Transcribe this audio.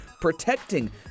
protecting